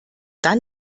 dann